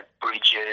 bridges